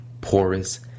porous